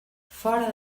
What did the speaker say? fora